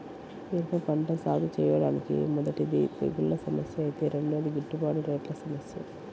మిరప పంట సాగుచేయడానికి మొదటిది తెగుల్ల సమస్య ఐతే రెండోది గిట్టుబాటు రేట్ల సమస్య